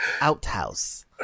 outhouse